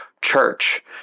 church